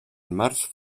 març